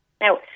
Now